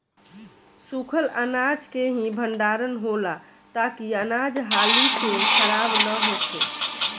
सूखल अनाज के ही भण्डारण होला ताकि अनाज हाली से खराब न होखे